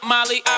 Molly